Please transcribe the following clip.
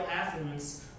affluence